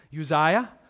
Uzziah